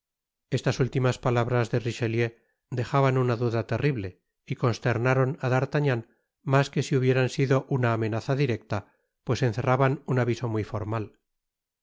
estas últimas palabras de richelieu dejaban una duda terrible y consternaron á d'artagnan mas que si hubieran sido una amenaza directa pues encerraban un aviso muy formal